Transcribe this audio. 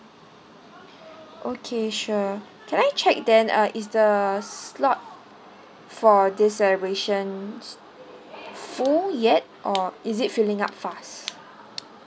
okay sure can I check then uh is the slot for these celebrations full yet or is it filling up fast